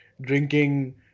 drinking